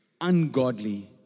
ungodly